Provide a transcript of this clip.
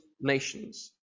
nations